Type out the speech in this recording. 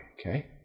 okay